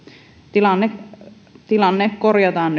tilanne tilanne korjataan